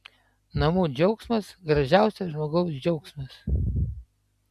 namų džiaugsmas gražiausias žmogaus džiaugsmas